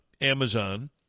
Amazon